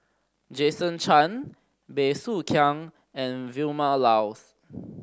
Jason Chan Bey Soo Khiang and Vilma Laus